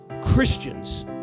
Christians